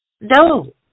no